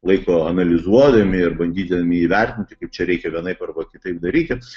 laiko analizuodami ir bandydami įvertinti kaip čia reikia vienaip arba kitaip daryti